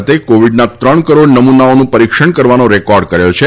ભારતે કોવિડના ત્રણ કરોડ નમૂનાઓનું પરિક્ષણ કરવાનો રેકોર્ડ કર્યો છે